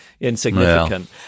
insignificant